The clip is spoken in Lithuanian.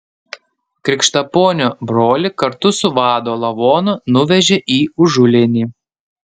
krikštaponio brolį kartu su vado lavonu nuvežė į užulėnį